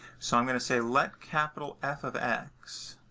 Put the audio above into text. so i'm going to say let capital f of x